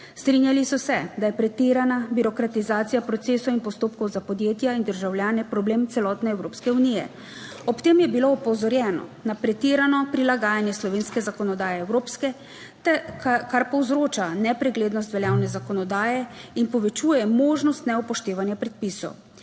Strinjali so se, da je pretirana birokratizacija procesov in postopkov za podjetja in državljane problem celotne Evropske unije. Ob tem je bilo opozorjeno na pretirano 5. TRAK: (TB) - 10.20 (nadaljevanje) pretirano prilagajanje slovenske zakonodaje evropske, kar povzroča nepreglednost veljavne zakonodaje in povečuje možnost neupoštevanja predpisov.